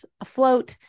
afloat